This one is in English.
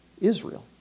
Israel